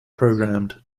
programmed